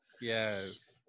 Yes